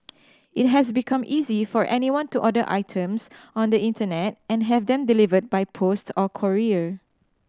it has become easy for anyone to order items on the internet and have them delivered by post or courier